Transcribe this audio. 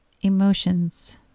emotions